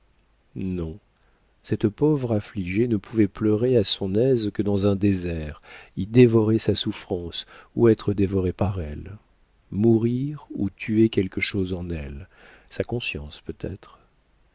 non cette pauvre affligée ne pouvait pleurer à son aise que dans un désert y dévorer sa souffrance ou être dévorée par elle mourir ou tuer quelque chose en elle sa conscience peut-être